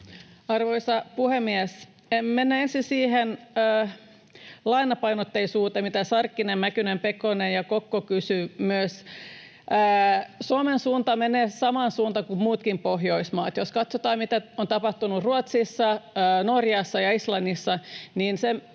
Arvoisa puhemies! Menen ensin siihen lainapainotteisuuteen, mitä Sarkkinen, Mäkynen, Pekonen ja Kokko kysyivät. Suomi menee samaan suuntaan kuin muutkin Pohjoismaat. Jos katsotaan, mitä on tapahtunut Ruotsissa, Norjassa ja Islannissa, niin